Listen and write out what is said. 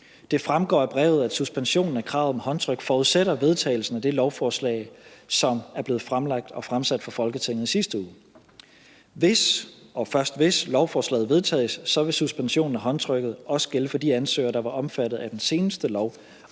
Det fremgår af brevet, at suspensionen af kravet om håndtryk forudsætter vedtagelsen af det lovforslag, som er blevet fremlagt og fremsat for Folketinget i sidste uge. Hvis – og først hvis – lovforslaget vedtages, vil suspensionen af håndtrykket også gælde for de ansøgere, der var omfattet af den seneste lov